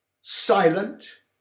silent